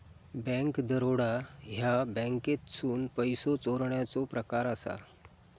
bank दरोडा ह्या बँकेतसून पैसो चोरण्याचो प्रकार असा